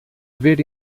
ver